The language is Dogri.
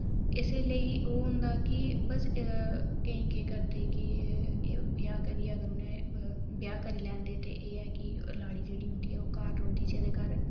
इस्सै लेई ओह् होंदा कि बस केईं के करदे कि ब्याह करियै अगर उ'नै ब्याह करी लैंदे ते एह् ऐ कि लाड़ी जेह्ड़ी उंदी ऐ ओह् घर रौंह्दी जेह्दे कारण